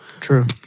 True